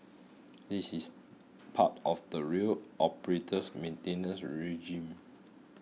this is part of the rail operator's maintenance regime